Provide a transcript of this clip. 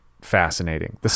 fascinating